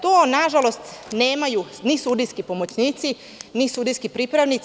To, na žalost, nemaju ni sudijski pomoćnici, ni sudijski pripravnici.